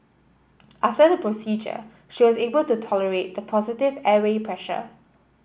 after the procedure she was able to tolerate the positive airway pressure